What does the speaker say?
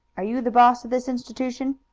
are you the boss of this institution?